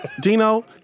Dino